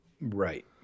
Right